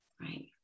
right